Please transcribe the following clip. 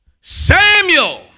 Samuel